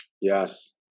Yes